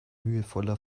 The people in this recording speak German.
mühevoller